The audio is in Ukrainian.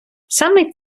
саме